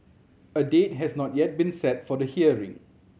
a date has not yet been set for the hearing